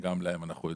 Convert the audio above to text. גם להם, אנחנו יודעים.